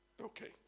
Okay